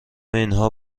اینها